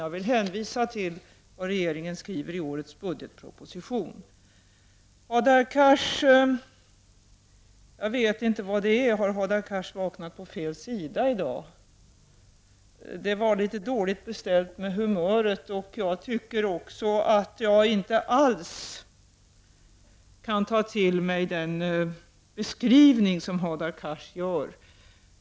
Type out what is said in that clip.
Jag vill hänvisa till vad regeringen skriver i årets budgetproposition. När det gäller Hadar Cars vet jag inte vad det är — har Hadar Cars vaknat på fel sida i dag? Det var litet dåligt beställt med humöret. Och jag tycker att jag inte alls kan ta till mig den beskrivning som Hadar Cars gör.